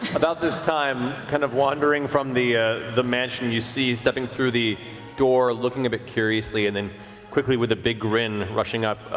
about this time, kind of wandering from the ah the mansion, you see stepping through the door looking a bit curiously and then quickly with a big grin rushing up,